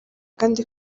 kandi